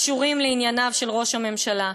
הקשורים לענייניו של ראש הממשלה.